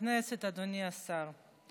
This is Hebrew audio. גברתי היושבת-ראש, חבריי חברי הכנסת, אדוני השר,